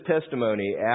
testimony